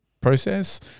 process